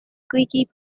kõigi